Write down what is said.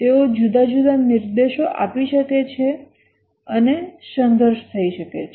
તેઓ જુદા જુદા નિર્દેશો આપી શકે છે અને સંઘર્ષ હોઈ શકે છે